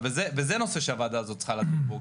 וזה נושא שהוועדה הזאת צריכה לדון בו,